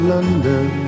London